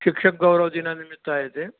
शिक्षक गौरव दिनानिमित्त आहे ते